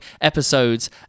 episodes